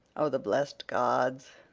o the blest gods!